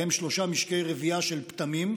ובהם שלושה משקי רבייה של פטמים,